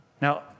Now